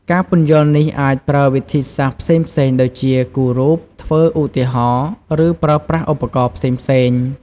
ការពន្យល់នេះអាចប្រើវិធីសាស្ត្រផ្សេងៗ ដូចជាគូររូប ធ្វើឧទាហរណ៍ ឬប្រើប្រាស់ឧបករណ៍ផ្សេងៗ។